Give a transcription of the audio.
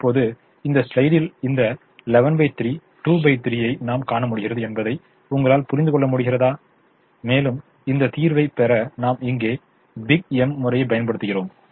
இப்போது இந்த ஸ்லைடில் இந்த 113 23 ஐ நாம் காண முடிகிறது என்பதை உங்களால் புரிந்துகொள்ள முடிகிறது மேலும் இந்த தீர்வை பெற நாம் இந்த பிக் எம் முறையைப் பயன்படுத்துகிறோம்